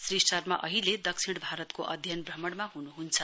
श्री शर्माले अहिले दक्षिण भारतको अध्ययन भ्रमणमा हनुहन्छ